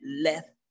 left